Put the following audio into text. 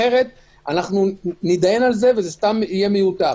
אחרת נידיין על זה, וזה יהיה מיותר.